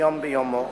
יום ביומו,